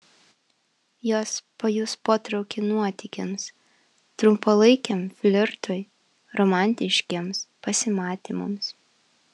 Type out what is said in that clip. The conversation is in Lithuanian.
jos pajus potraukį nuotykiams trumpalaikiam flirtui romantiškiems pasimatymams